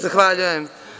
Zahvaljujem.